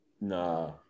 Nah